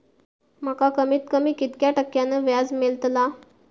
माका कमीत कमी कितक्या टक्क्यान व्याज मेलतला?